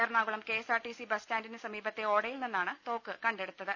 Ernakulam K S R T C bus സ്റ്റാന്റിന് സമീപത്തെ ഓടയിൽ നിന്നാണ് തോക്ക് കണ്ടെടുത്തത്